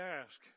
ask